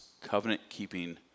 covenant-keeping